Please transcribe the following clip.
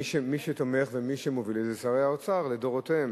מי שתומך ומי שמוביל את זה הם שרי האוצר לדורותיהם.